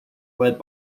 led